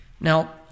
Now